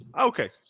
Okay